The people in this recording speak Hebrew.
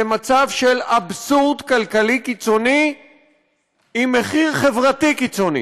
זה מצב של אבסורד כלכלי קיצוני עם מחיר חברתי קיצוני.